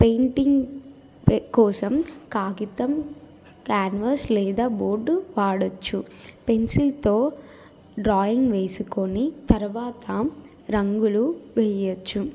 painting కోసం కాగితం canvas లేదా బోర్డు వాడచ్చు పెన్సిల్తో డ్రాయింగ్ వేసుకుని తర్వాత రంగులు వేయొచ్చు